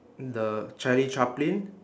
the charlie chaplin